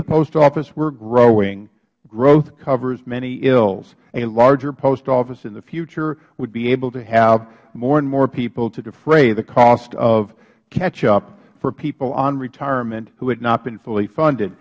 the post office were growing growth covers many ills a larger post office in the future would be able to have more and more people to defray the cost of catch up for people on retirement who had not been fully funded